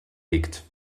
liegt